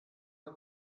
man